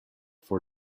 for